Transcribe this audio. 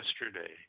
yesterday